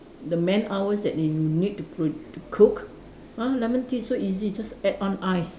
the man hours that they need to prod~ to cook !huh! lemon tea is so easy just add on ice